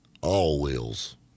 All-wheels